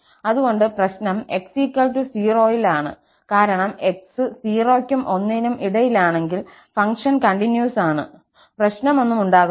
അതുകൊണ്ട് പ്രശ്നം x 0 ൽ ആണ് കാരണം x 0 ക്കും 1 നും ഇടയിലാണെങ്കിൽ ഫംഗ്ഷൻ കണ്ടിന്യൂസ് ആണ് പ്രശ്നം ഒന്നും ഉണ്ടാകുന്നില്ല